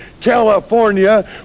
California